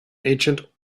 ancient